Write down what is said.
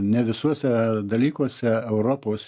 ne visuose dalykuose europos